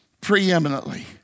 preeminently